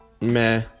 meh